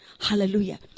hallelujah